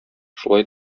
шулай